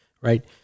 right